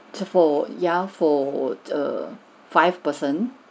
to for yeah for err five person